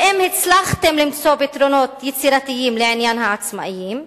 ואם הצלחתם למצוא פתרונות יצירתיים לעניין העצמאים,